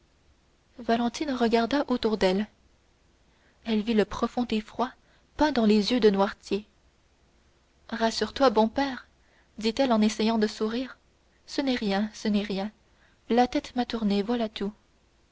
valentine regarda autour d'elle elle vit le plus profond effroi peint dans les yeux de noirtier rassure-toi bon père dit-elle en essayant de sourire ce n'est rien ce n'est rien la tête m'a tourné voilà tout